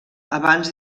abans